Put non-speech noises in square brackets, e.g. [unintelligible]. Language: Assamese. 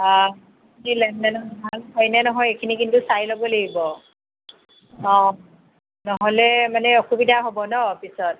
[unintelligible] হয়নে নহয় এইখিনি কিন্তু চাই ল'ব লাগিব অ নহ'লে মানে অসুবিধা হ'ব ন' পিছত